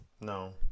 No